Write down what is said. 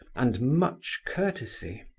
and much courtesy.